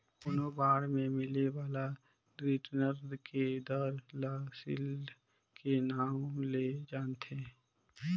कोनो बांड मे मिले बाला रिटर्न के दर ल सील्ड के नांव ले जानथें